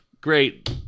great